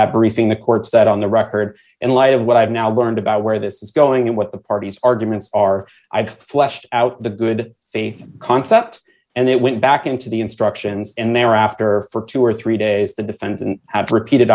briefing the court said on the record in light of what i've now learned about where this is going and what the parties arguments are i've fleshed out the good faith concept and it went back into the instructions and thereafter for two or three days the defendant had repeated